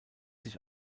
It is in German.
sich